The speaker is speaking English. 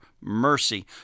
mercy